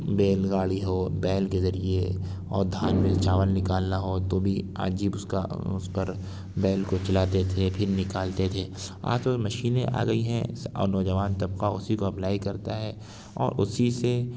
بیل گاڑی ہو بیل کے ذریعے اور دھان میں سے چاول نکالنا ہو تو بھی عجیب اس کا اس پر بیل کو چلاتے تھے پھر نکالتے تھے آج تومشینیں آ گئی ہیں اور نوجوان طبقہ اسی کو اپلائی کرتا ہے اور اسی سے